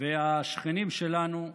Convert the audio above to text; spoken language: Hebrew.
והשכנים שלנו,